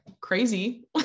crazy